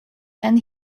and